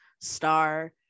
star